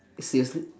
seriously